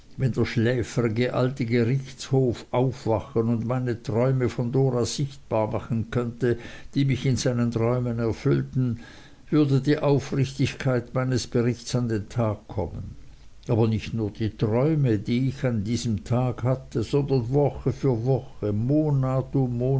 wenn der schläfrige alte gerichtshof aufwachen und meine träume von dora sichtbar machen könnte die mich in seinen räumen erfüllten würde die aufrichtigkeit meines berichts an den tag kommen aber nicht nur die träume die ich an diesem tag hatte sondern woche für woche monat